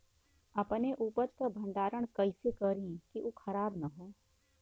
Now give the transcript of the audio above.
अपने उपज क भंडारन कइसे करीं कि उ खराब न हो?